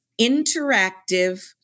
interactive